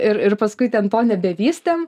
ir ir paskui ten to nebevystėm